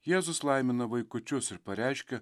jėzus laimina vaikučius ir pareiškia